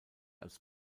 als